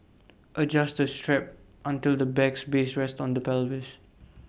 adjust the straps until the bag's base rests on the pelvis